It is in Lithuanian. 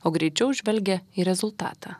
o greičiau žvelgia į rezultatą